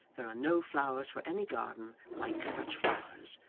there are no flowers for any garden like such flowers,